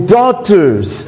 daughters